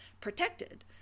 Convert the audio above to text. protected